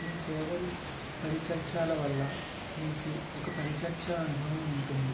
మీసేవలు పరి చర్చలా వల్ల మీకు ఒక పరిచర్చ అనుభవం ఉంటుంది